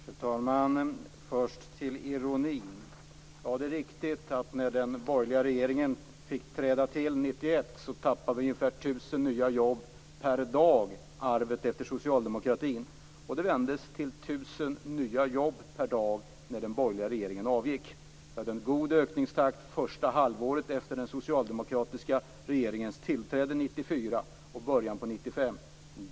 Fru talman! Först till ironin. Det är riktigt att när den borgerliga regeringen trädde till 1991 tappade vi ungefär 1 000 jobb per dag. Det var arvet efter socialdemokratin. Det vändes till 1 000 nya jobb per dag när den borgerliga regeringen avgick. Vi hade en god ökningstakt det första halvåret efter den socialdemokratiska regeringens tillträde 1994 och i början av 1995.